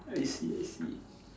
I see I see